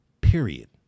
period